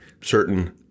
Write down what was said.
certain